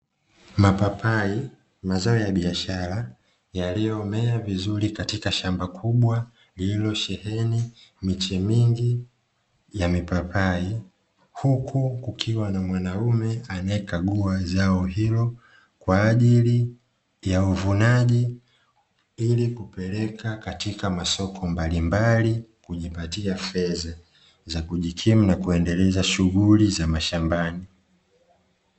Mapapai mazao ya biashara yaliyomea vizuri katika shamba kubwa lililosheheni miche mingi ya mipapai, huku kukiwa na mwanaume anayekagua zao hilo kwa ajili ya uvunaji, ili kupeleka katika masoko mbalimbali kujipatia fedha za kujikimu na kuendeleza shughuli za shambani.